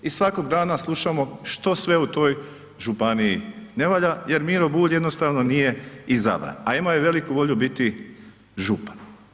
I svakog dana slušamo što sve u toj županiji ne valja jer Miro Bulj jednostavno nije izabran, a imao je veliku volju biti župan.